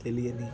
తెలియని